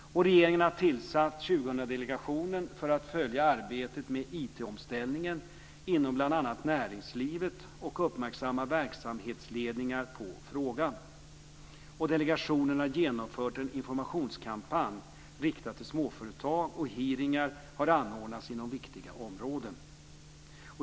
Regeringen har tillsatt 2000-delegationen för att följa arbetet med IT-omställningen inom bl.a. näringslivet och uppmärksamma verksamhetsledningar på frågan. Delegationen har genomfört en informationskampanj riktad till småföretag, och hearingar har anordnats inom viktiga områden.